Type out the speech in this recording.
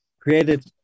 created